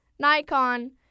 Nikon